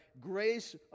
grace